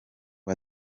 com